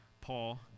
Paul